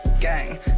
gang